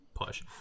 push